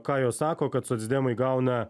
ką jos sako kad socdemai gauna